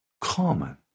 common